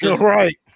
Right